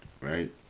right